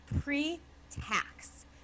pre-tax